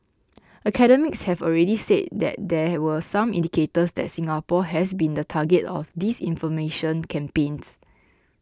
academics have already said that there were some indicators that Singapore has been the target of disinformation campaigns